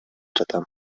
жатам